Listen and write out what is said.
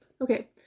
okay